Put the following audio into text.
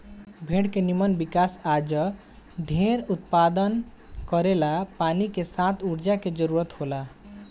भेड़ के निमन विकास आ जढेर उत्पादन करेला पानी के साथ ऊर्जा के जरूरत होला